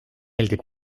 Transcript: meeldib